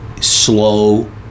slow